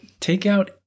Takeout